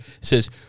Says